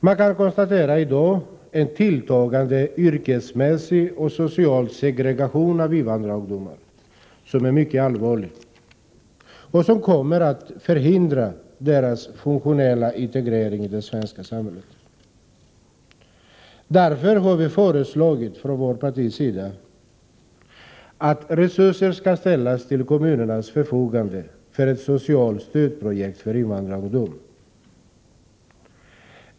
Man kan i dag konstatera en tilltagande yrkesmässig och social segregation av invandrarungdomarna, som är mycket allvarlig och som kommer att förhindra dessa ungdomars funktionella integrering i det svenska samhället. Därför har vi från vårt partis sida föreslagit att resurser skall ställas till kommunernas förfogande för ett socialt stödprojekt för invandrarungdomar.